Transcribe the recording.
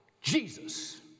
Jesus